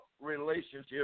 relationship